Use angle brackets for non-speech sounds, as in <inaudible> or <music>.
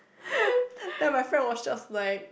<laughs> then my friend was just like